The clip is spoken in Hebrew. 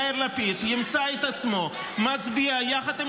יאיר לפיד ימצא את עצמו מצביע יחד עם